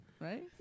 right